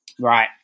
Right